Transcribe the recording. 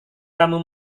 kamu